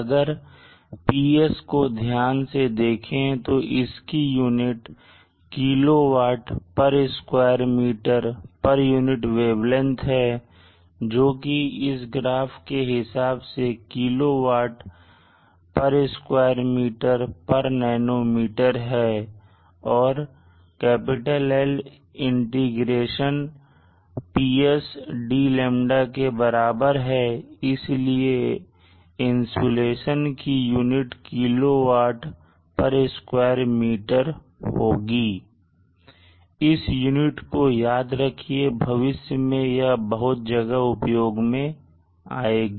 अगर PSको ध्यान से देखें तो इसकी unit kilo watt square metre unit wavelength है जोकि इस ग्राफ के हिसाब से kilo watt square metre nanometre है और "L" इंटीग्रेशन PS d λ के बराबर है इसलिए इंसुलेशन की unit kilo watt square metre होगी इस यूनिट को याद रखिए भविष्य में यह बहुत जगह उपयोग में आएगी